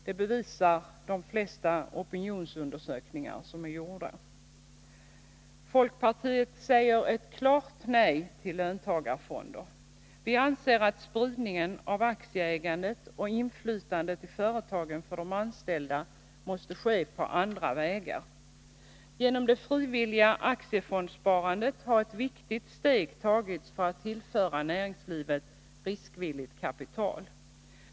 Det har de flesta opinionsundersökningar visat. Folkpartiet säger ett klart nej till löntagarfonder. Vi anser att spridningen av aktieägandet och inflytandet i företagen för de anställda måste ske på andra vägar. Genom det frivilliga aktiefondssparandet har ett viktigt steg tagits för att tillföra näringslivet riskvilligt kapital.